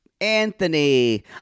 Anthony